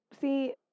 see